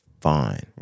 fine